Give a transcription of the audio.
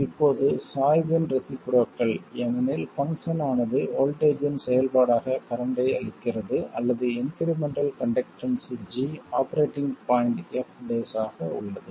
இப்போது இது சாய்வின் ரெஸிபுரோக்கள் ஏனெனில் பங்க்ஷன் ஆனது வோல்ட்டேஜ்ஜின் செயல்பாடாக கரண்ட்டை அளிக்கிறது அல்லது இன்க்ரிமெண்ட்டல் கண்டக்டன்ஸ் g ஆபரேட்டிங் பாய்ண்ட்டில் f ஆக உள்ளது